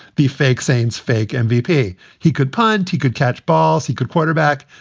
the fake sanes fake and mvp. he could pine. he could catch balls. he could quarterback.